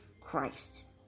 Christ